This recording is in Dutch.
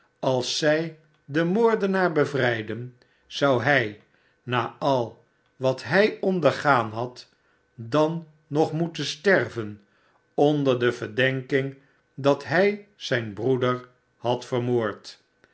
als zij den moordenaar bevrijdden zou hij na al wat hij ondergaan had dan nog moeten sterven onder de verdenking dat hij zijn broeder had vermoord